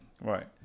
Right